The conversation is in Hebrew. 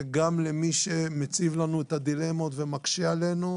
וגם למי שמציב לנו את הדילמות ומקשה עלינו,